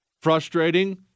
Frustrating